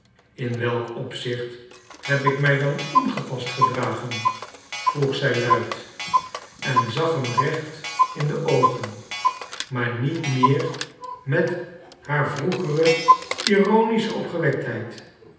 in welk opzicht heb ik mij dan ongepast gedragen vroeg zij luid en zag hem recht in de oogen maar niet meer met haar vroegere ironische